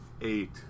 eight